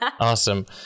Awesome